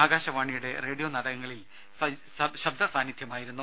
ആകാശവാണിയുടെ റേഡിയോ നാടകങ്ങളിലും ശബ്ദ സാന്നിധ്യമായിരുന്നു